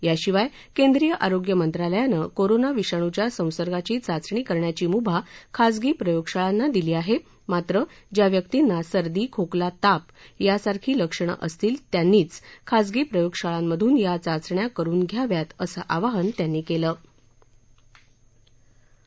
याशिवाय केंद्रीय आरोग्य मंत्रालयानं कोरोना विषाणूच्या संसर्गाची चाचणी करण्याची मुभा खासगी प्रयोगशाळांना दिली आहा ज्ञात्र ज्या व्यक्तींना सर्दी खोकला ताप यासारखी लक्षणं असतील त्यांनीच खासगी प्रयोगशाळांमधून या चाचण्या करून घ्यावात असं आवाहन त्यांनी कलि